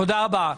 תודה רבה.